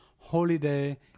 holiday